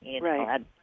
right